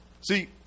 See